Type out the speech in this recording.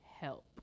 help